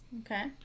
Okay